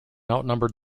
outnumbered